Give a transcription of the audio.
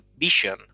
vision